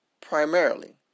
Primarily